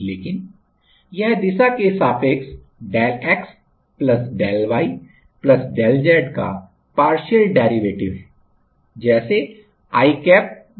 लेकिन यह दिशा के सापेक्ष del x del y del z का पार्शियल डेरिवेटिव है जैसे i कैप गुणा del x है